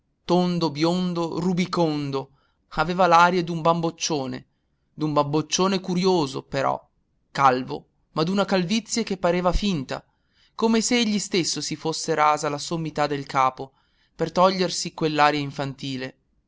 tondo biondo rubicondo aveva l'aria d'un bamboccione d'un bamboccione curioso però calvo ma d'una calvizie che pareva finta come se egli stesso si fosse rasa la sommità del capo per togliersi quell'aria infantile